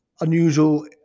unusual